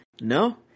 no